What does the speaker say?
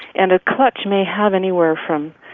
and a clutch may have anywhere from,